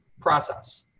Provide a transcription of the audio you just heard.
process